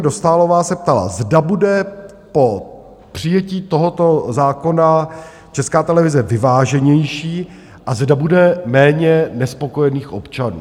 Dostálová se ptala, zda bude po přijetí tohoto zákona Česká televize vyváženější a zda bude méně nespokojených občanů.